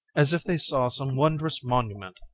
as if they saw some wondrous monument,